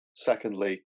Secondly